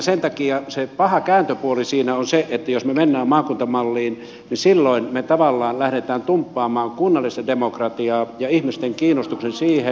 sen takia se paha kääntöpuoli siinä on se että jos me menemme maakuntamalliin niin silloin me tavallaan lähdemme tumppaamaan kunnallista demokratiaa ja ihmisten kiinnostusta siihen